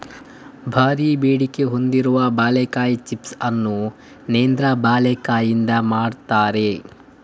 ಭಾರೀ ಬೇಡಿಕೆ ಹೊಂದಿರುವ ಬಾಳೆಕಾಯಿ ಚಿಪ್ಸ್ ಅನ್ನು ನೇಂದ್ರ ಬಾಳೆಕಾಯಿಯಿಂದ ಮಾಡ್ತಾರೆ